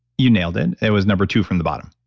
you nailed it. it was number two from the bottom.